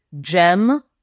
gem